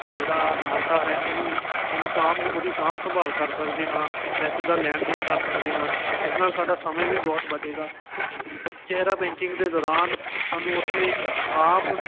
ਜਿਹੜਾ ਖਾਤਾ ਹੈ ਉਹਨੂੰ ਉਹਨੂੰ ਸਾਂਭ ਉਹਦੀ ਸਾਂਭ ਸੰਭਾਲ ਕਰ ਸਕਦੇ ਹਾਂ ਪੈਸੇ ਦਾ ਲੈਣ ਦੇਣ ਕਰ ਸਕਦੇ ਹਨ ਇਸ ਨਾਲ ਸਾਡਾ ਸਮੇਂ ਵੀ ਬਹੁਤ ਬਚੇਗਾ ਕਿਉਂਕਿ ਚਿਹਰਾ ਬੈਂਕਿੰਗ ਦੇ ਦੌਰਾਨ ਸਾਨੂੰ ਉੱਥੇ ਆਪ